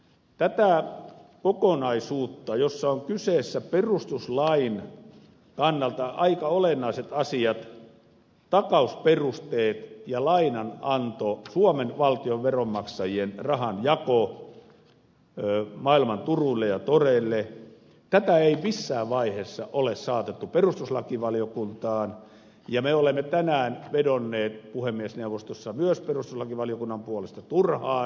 tätä kokonaisuutta jossa ovat kyseessä perustuslain kannalta aika olennaiset asiat takausperusteet ja lainananto suomen valtion veronmaksajien rahanjako maailman turuille ja toreille ei missään vaiheessa ole saatettu perustuslakivaliokuntaan ja me olemme tänään vedonneet puhemiesneuvostossa myös perustuslakivaliokunnan puolesta turhaan